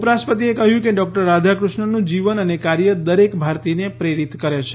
ઉપરાષ્ટ્રપતિએ કહ્યું કે ડોક્ટર રાધાકૃષ્ણનનું જીવન અને કાર્ય દરેક ભારતીયને પ્રેરિત કરે છે